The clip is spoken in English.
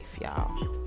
y'all